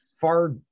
far